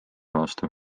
vastu